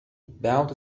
bought